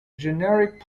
generic